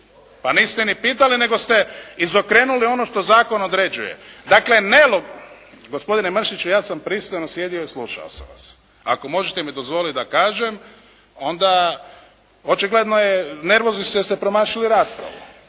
Niste ni pitali nego ste izokrenuli ono što zakon određuje. Gospodine Mršiću ja sam pristojno sjedio i slušao sam vas. Ako možete mi dozvoliti da kažem, onda očigledno je nervozni ste jer ste promašili raspravu.